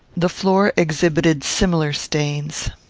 the floor exhibited similar stains.